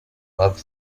love